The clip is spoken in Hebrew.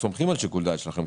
סומכים על שיקול הדעת שלכם,